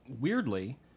Weirdly